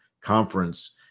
conference